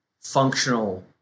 functional